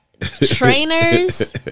Trainers